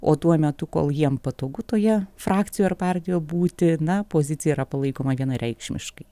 o tuo metu kol jiem patogu toje frakcijoj ar partijų būtina pozicija yra palaikoma vienareikšmiškai